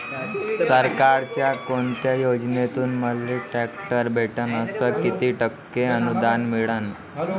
सरकारच्या कोनत्या योजनेतून मले ट्रॅक्टर भेटन अस किती टक्के अनुदान मिळन?